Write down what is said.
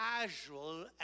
casual